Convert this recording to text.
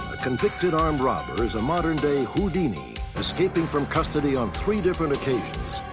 convicted armed robber, is a modern day houdini, escaping from custody on three different occasions.